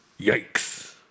Yikes